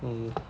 mm